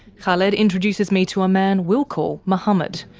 khaled introduces me to a man we'll call mohammed.